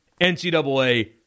NCAA